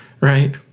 right